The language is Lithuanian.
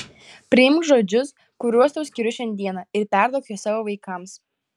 priimk žodžius kuriuos tau skiriu šiandieną ir perduok juos savo vaikams